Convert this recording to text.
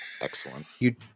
Excellent